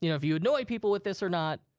you know if you annoy people with this or not.